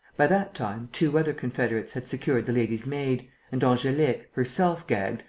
by that time, two other confederates had secured the lady's maid and angelique, herself gagged,